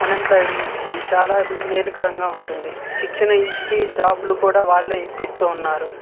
అన్ ఎంప్లొయీడ్ యూత్కి చాలా మేలు కరంగా ఉంటుంది శిక్షణ ఇచ్చి జాబ్లు కూడా వాళ్ళే ఇప్పిస్తున్నారు